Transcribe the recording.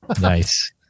nice